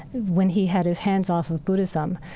when he had his hands off of buddhism,